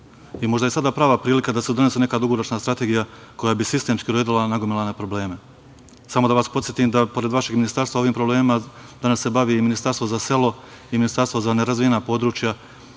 Možda je sada prava prilika da se donese neka dugoročna strategija koja bi sistemski uredila nagomilane probleme. Samo da vas podsetim da pored vašeg ministarstva ovim problemima danas se bavi i Ministarstvo za selo i Ministarstvo za nerazvijena područja